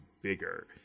bigger